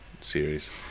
series